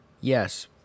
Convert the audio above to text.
Yes